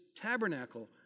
tabernacle